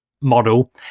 model